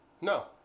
No